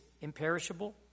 imperishable